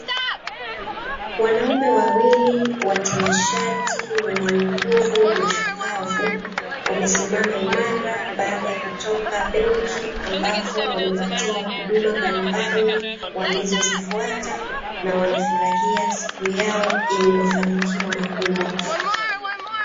Wanaume wawili watanashati wenye nguvu na shupavu wamesimama imara baada ya kutoka benki, ambapo wamepatiwa huduma mbalimbali walizozifuata na wanafurahia siku yao yenye mafanikio makubwa.